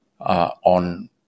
on